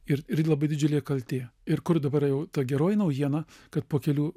ir ir labai didžiulė kaltė ir kur dabar jau ta geroji naujiena kad po kelių